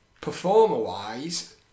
Performer-wise